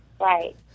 Right